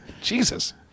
Jesus